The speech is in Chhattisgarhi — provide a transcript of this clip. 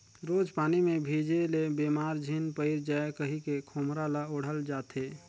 रोज पानी मे भीजे ले बेमार झिन पइर जाए कहिके खोम्हरा ल ओढ़ल जाथे